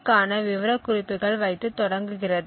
க்கான விவரக்குறிப்புகள் வைத்து தொடங்குகிறது